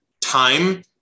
time